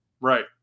Right